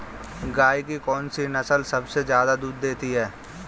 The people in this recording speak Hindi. गाय की कौनसी नस्ल सबसे ज्यादा दूध देती है?